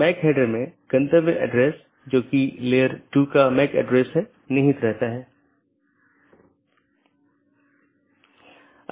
गैर संक्रमणीय में एक और वैकल्पिक है यह मान्यता प्राप्त नहीं है इस लिए इसे अनदेखा किया जा सकता है और दूसरी तरफ प्रेषित नहीं भी किया जा सकता है